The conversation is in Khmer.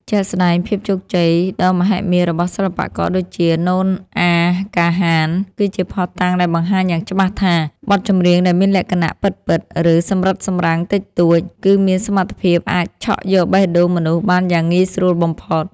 ជាក់ស្តែង ភាពជោគជ័យដ៏មហិមារបស់សិល្បករដូចជា ណូអា កាហាន គឺជាភស្តុតាងដែលបង្ហាញយ៉ាងច្បាស់ថា បទចម្រៀងដែលមានលក្ខណៈ ពិតៗ ឬសម្រិតសម្រាំងតិចតួច គឺមានសមត្ថភាពអាចឆក់យកបេះដូងមនុស្សបានយ៉ាងងាយស្រួលបំផុត។